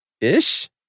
Ish